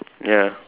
ya